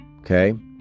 okay